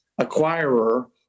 acquirer